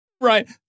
Right